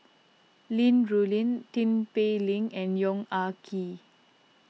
Li Rulin Tin Pei Ling and Yong Ah Kee